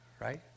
right